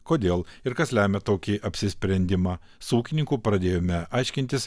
kodėl ir kas lemia tokį apsisprendimą su ūkininku pradėjome aiškintis